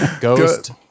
Ghost